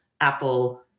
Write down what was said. Apple